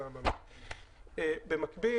הונחה